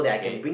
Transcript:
okay